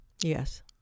Yes